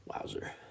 Wowzer